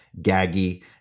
gaggy